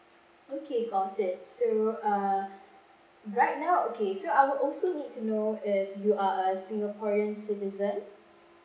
okay got it so err right now okay so I would also need to know if you are a singaporean citizen